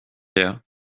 her